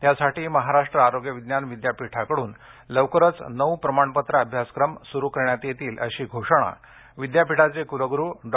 त्यासाठी महाराष्ट्र आरोग्य विज्ञान विद्यापीठाकडून लवकरच नऊ प्रमाणपत्र अभ्यासक्रम सुरू करण्यात येणार असल्याची घोषणा विद्यापीठाचे कूलगुरु डॉ